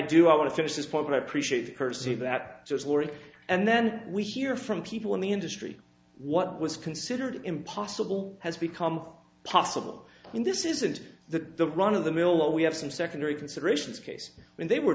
do i want to finish this point i appreciate percy that just laurie and then we hear from people in the industry what was considered impossible has become possible in this isn't the run of the mill we have some secondary considerations case when they were